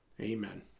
Amen